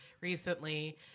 recently